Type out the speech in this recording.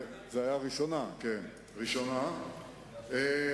ומחליפה אותה הוועדה המסדרת, תתכנס ותקבע,